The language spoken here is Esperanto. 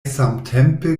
samtempe